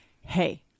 hey